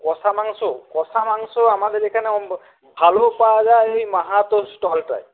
কষা মাংস কষা মাংস আমাদের এখানে ভালো পাওয়া যায় ওই মাহাতো স্টলটায়